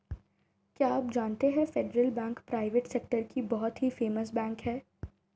क्या आप जानते है फेडरल बैंक प्राइवेट सेक्टर की बहुत ही फेमस बैंक है?